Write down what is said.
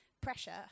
pressure